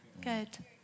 Good